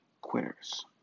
quitters